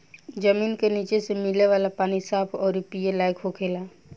जमीन के निचे से मिले वाला पानी साफ अउरी पिए लायक होखेला